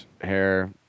hair